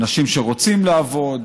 אנשים שרוצים לעבוד